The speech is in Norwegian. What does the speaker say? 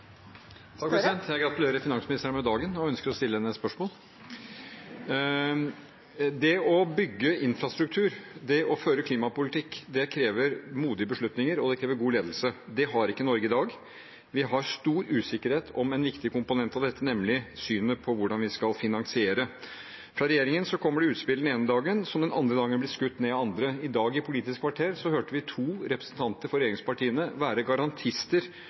Jeg gratulerer finansministeren med dagen og ønsker å stille henne et spørsmål. Det å bygge infrastruktur, det å føre en klimapolitikk, krever modige beslutninger, og det krever god ledelse. Det har ikke Norge i dag. Vi har stor usikkerhet om en viktig komponent i dette, nemlig synet på hvordan vi skal finansiere det. Fra regjeringen kommer det utspill den ene dagen, som den andre dagen blir skutt ned av andre. I dag i Politisk kvarter hørte vi to representanter for regjeringspartiene være garantister